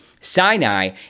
Sinai